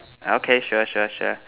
okay sure sure sure